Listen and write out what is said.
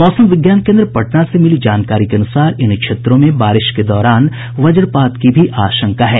मौसम विज्ञान केन्द्र पटना से मिली जानकारी के अनुसार इन क्षेत्रों में बारिश के दौरान वज्रपात की भी आशंका है